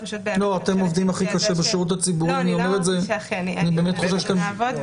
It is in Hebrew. אתם עובדים הכי קשה בשירות הציבורי ואני באמת חושב כך.